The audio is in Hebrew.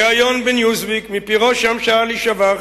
בריאיון ב"ניוזוויק" מפי ראש הממשלה לשעבר,